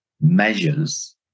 measures